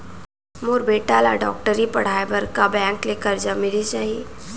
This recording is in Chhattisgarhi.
मोर बेटा ल डॉक्टरी पढ़ाये बर का बैंक ले करजा मिलिस जाही?